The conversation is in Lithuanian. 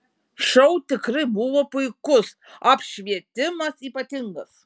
šou tikrai buvo puikus apšvietimas ypatingas